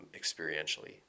experientially